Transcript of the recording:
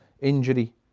Injury